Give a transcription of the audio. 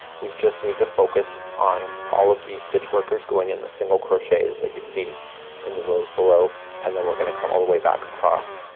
we just need to focus on all of these stitch workers going in the single crochets that you see in the rows below and then we're gonna come all the way back across.